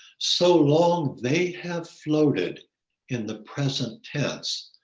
so long, they have floated in the present tense,